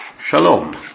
Shalom